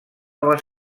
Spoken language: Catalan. nova